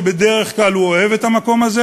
ובדרך כלל הוא אוהב את המקום הזה,